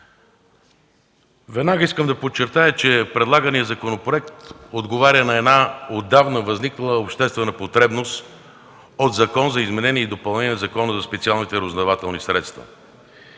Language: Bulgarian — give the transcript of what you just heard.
Веднага искам да подчертая, че предлаганият законопроект отговаря на една отдавна възникнала обществена потребност от Закон за изменение и допълнение на Закона за специалните разузнавателни средства.